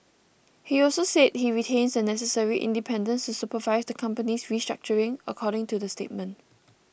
he also said he retains the necessary independence to supervise the company's restructuring according to the statement